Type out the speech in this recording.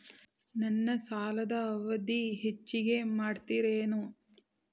ನನ್ನ ಸಾಲದ ಅವಧಿ ಹೆಚ್ಚಿಗೆ ಮಾಡ್ತಿರೇನು?